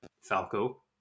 Falco